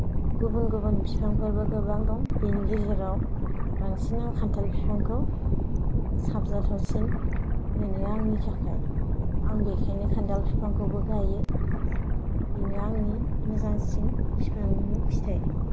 गुबुन गुबुन बिफांफोरबो गोबां दं बिनि गेजेराव बांसिन आं खान्थाल फिफांखौ साबजाथावसिन मोनो आंनि थाखाय आं बेखायनो खान्थाल फिफांखौबो गायो बेनो आंनि मोजांसिन फिफांनि फिथाइ